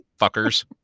fuckers